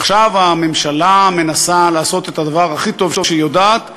עכשיו הממשלה מנסה לעשות את הדבר הכי טוב שהיא יודעת לעשות,